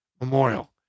memorial